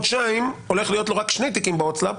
חודשיים הולכים להיות לו רק שני תיקים בהוצאה לפועל,